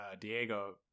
Diego